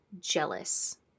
jealous